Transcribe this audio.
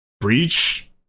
Breach